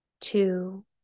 two